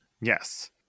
Yes